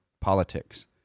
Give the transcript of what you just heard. politics